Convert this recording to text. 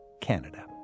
Canada